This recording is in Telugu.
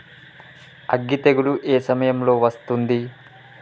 అగ్గి తెగులు ఏ సమయం లో వస్తుంది?